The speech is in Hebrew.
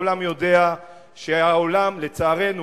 העולם יודע שנהרגו, לצערנו,